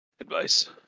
advice